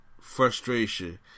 frustration